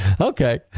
Okay